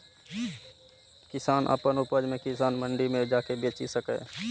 किसान अपन उपज कें किसान मंडी मे जाके बेचि सकैए